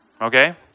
Okay